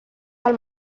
del